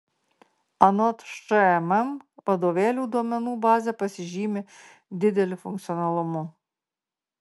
anot šmm vadovėlių duomenų bazė pasižymi dideliu funkcionalumu